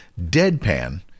Deadpan